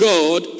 God